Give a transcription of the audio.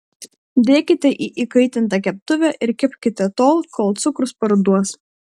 dėkite į įkaitintą keptuvę ir kepkite tol kol cukrus paruduos